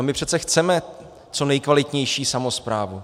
My přece chceme co nejkvalitnější samosprávu.